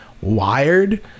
wired